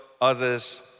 others